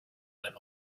went